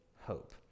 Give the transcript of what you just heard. hope